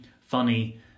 funny